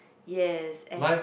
yes and